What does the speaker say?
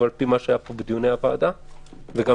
אסור שזה המסר שיצא מהוועדה הזאת.